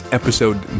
episode